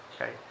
Okay